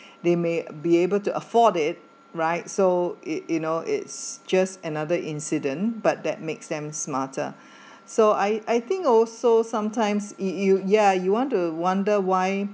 they may be able to afford it right so it you know it's just another incident but that makes them smarter so I I think also sometimes you you ya you want to wonder why